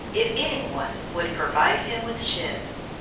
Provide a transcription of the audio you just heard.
if any one would provide him with ships.